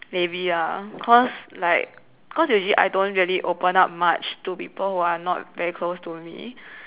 maybe ah cause like usually I don't really open up much to people who are not very close to me